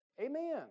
Amen